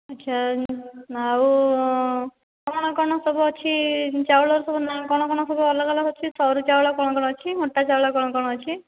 ଆଚ୍ଛା ଆଉ କ'ଣ କ'ଣ ସବୁ ଅଛି ଚାଉଳ ସବୁ କ'ଣ କ'ଣ ସବୁ ନାଁ କ'ଣ କ'ଣ ସବୁ ଅଲଗା ଅଲଗା ଅଛି ସରୁ ଚାଉଳ କ'ଣ କ'ଣ ଅଛି ମୋଟା ଚାଉଳ କ'ଣ କ'ଣ ଅଛି